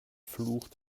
fluch